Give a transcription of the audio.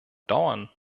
dauern